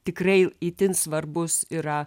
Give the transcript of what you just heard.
tikrai itin svarbus yra